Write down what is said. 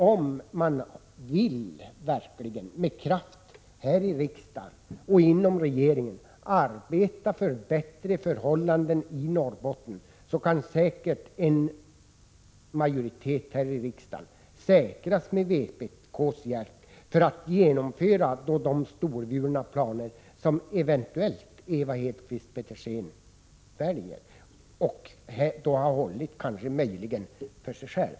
Om man verkligen i riksdagen och inom regeringen vill arbeta med kraft för bättre förhållanden i Norrbotten, konstaterar jag bara att en majoritet kan säkras här i riksdagen med vpk:s hjälp för att genomföra de storvulna planer som Ewa Hedkvist Petersen eventuellt har och möjligen håller för sig själv.